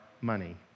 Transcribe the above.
money